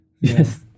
yes